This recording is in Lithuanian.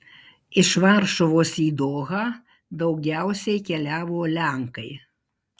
iš varšuvos į dohą daugiausiai keliavo lenkai